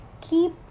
keep